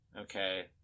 okay